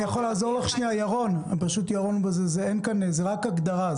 ירון, זאת רק הגדרה.